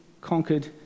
conquered